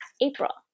April